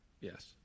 Yes